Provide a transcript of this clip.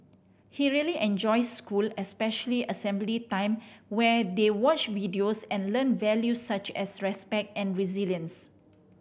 he really enjoys school especially assembly time where they watch videos and learn values such as respect and resilience